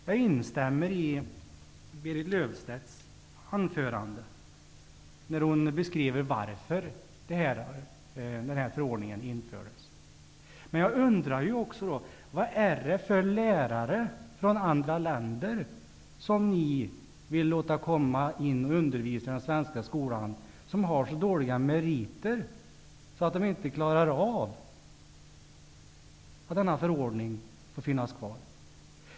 Jag instämmer i Berit Löfstedts anförande i vilket hon beskrev varför denna förordning infördes. Men jag undrar då också vad det är för lärare från andra länder som ni vill låta komma hit och undervisa i den svenska skolan, som har så dåliga meriter att de inte klarar av att denna förordning får finnas kvar.